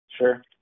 Sure